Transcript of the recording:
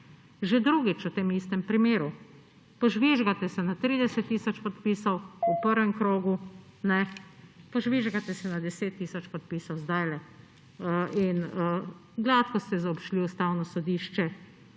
Že drugič v tem istem primeru. Požvižgate se na 30 tisoč podpisov v prvem krogu, požvižgate se na 10 tisoč podpisov zdajle in gladko ste zaobšli Ustavno sodišče